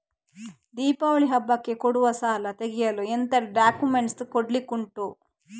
ದೀಪಾವಳಿ ಹಬ್ಬಕ್ಕೆ ಕೊಡುವ ಸಾಲ ತೆಗೆಯಲು ಎಂತೆಲ್ಲಾ ಡಾಕ್ಯುಮೆಂಟ್ಸ್ ಕೊಡ್ಲಿಕುಂಟು?